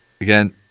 again